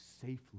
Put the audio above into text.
safely